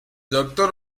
doctor